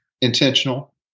intentional